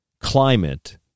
climate